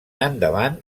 endavant